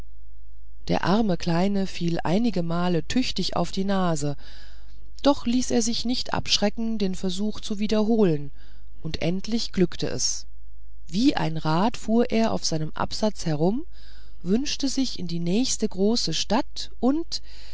der arme kleine fiel einigemal tüchtig auf die nase doch ließ er sich nicht abschrecken den versuch zu wiederholen und endlich glückte es wie ein rad fuhr er auf seinem absatz herum wünschte sich in die nächste große stadt und